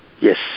yes